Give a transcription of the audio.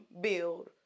build